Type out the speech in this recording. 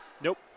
Nope